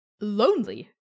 lonely